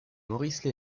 maurice